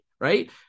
right